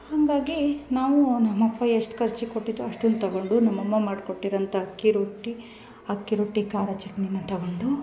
ಹಂಗಾಗಿ ನಾವು ನಮ್ಮಅಪ್ಪ ಎಷ್ಟು ಖರ್ಚಿಗ್ ಕೊಟ್ಟಿತೋ ಅಷ್ಟನ್ ತಗೊಂಡು ನಮ್ಮಅಮ್ಮ ಮಾಡ್ಕೊಟ್ಟಿರೋಂಥ ಅಕ್ಕಿ ರೊಟ್ಟಿ ಅಕ್ಕಿ ರೊಟ್ಟಿ ಖಾರ ಚಟ್ನಿನ ತಗೊಂಡು